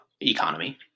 economy